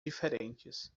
diferentes